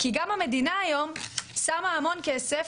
כי גם המדינה היום שמה המון כסף,